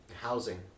Housing